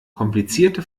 komplizierte